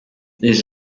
this